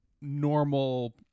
normal